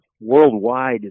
worldwide